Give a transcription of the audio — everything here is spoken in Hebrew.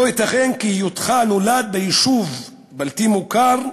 לא ייתכן כי מהיוולדך ביישוב בלתי מוכר,